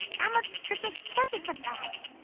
um ah could just take it from abby.